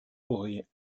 aurait